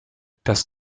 das